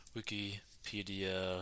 Wikipedia